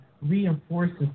reinforces